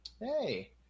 Hey